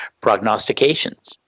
prognostications